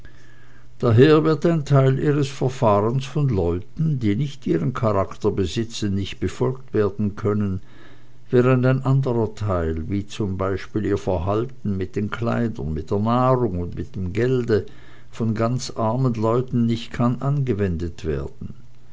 daher wird ein teil ihres verfahrens von leuten die nicht ihren charakter besitzen nicht befolgt werden können während ein anderer teil wie z b ihr verhalten mit den kleidern mit der nahrung und mit dem gelde von ganz armen leuten nicht kann angewendet werden